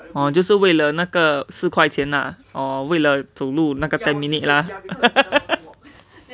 hor 就是为了那个四块 lah oh 为了走路那个 ten minute lah